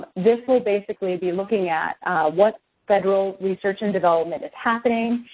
this will basically be looking at what federal research and development is happening,